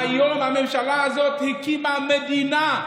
והיום והממשלה הזאת הקימה מדינה,